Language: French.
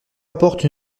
apporte